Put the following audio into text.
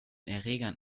erregern